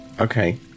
okay